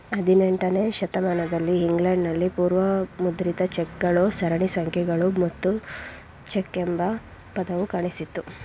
ಹದಿನೆಂಟನೇ ಶತಮಾನದಲ್ಲಿ ಇಂಗ್ಲೆಂಡ್ ನಲ್ಲಿ ಪೂರ್ವ ಮುದ್ರಿತ ಚೆಕ್ ಗಳು ಸರಣಿ ಸಂಖ್ಯೆಗಳು ಮತ್ತು ಚೆಕ್ ಎಂಬ ಪದವು ಕಾಣಿಸಿತ್ತು